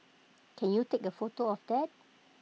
can you take A photo of that